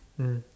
mm